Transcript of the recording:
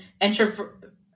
introvert